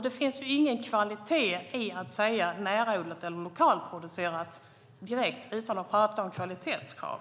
Det finns ingen kvalitet i att säga närodlat eller lokalproducerat utan att nämna några kvalitetskrav.